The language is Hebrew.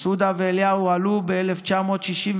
מסעודה ואליהו עלו ב-1963.